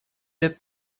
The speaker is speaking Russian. лет